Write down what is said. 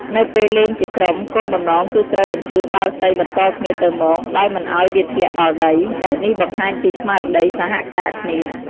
នៅពេលលេងជាក្រុម គោលបំណងគឺត្រូវបញ្ជូនបាល់សីបន្តគ្នាទៅមក ដោយមិនឱ្យវាធ្លាក់ដល់ដី ដែលនេះបង្ហាញពីស្មារតីសហការគ្នា ។